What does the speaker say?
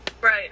Right